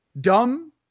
dumb